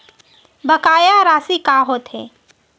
बकाया राशि का होथे?